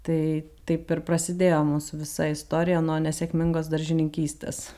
tai taip ir prasidėjo mūsų visa istorija nuo nesėkmingos daržininkystės